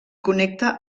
connecta